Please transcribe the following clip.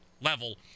level